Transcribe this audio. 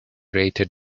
rated